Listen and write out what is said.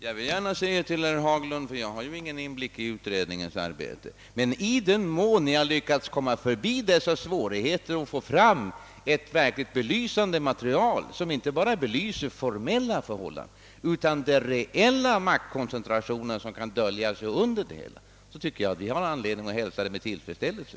Herr talman! Jag har ingen inblick i utredningens arbete, men i den mån den har lyckats komma förbi svårigheterna och få fram ett material som belyser inte bara formella förhållanden utan även den reella maktkoncentration, som kan dölja sig bakom det hela, tycker jag att vi har anledning att hälsa detta med tillfredsställelse.